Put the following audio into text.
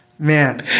Man